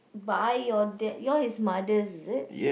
buy your dad your's mother is it